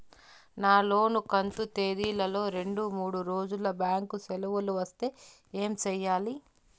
నా లోను కంతు తేదీల లో రెండు మూడు రోజులు బ్యాంకు సెలవులు వస్తే ఏమి సెయ్యాలి?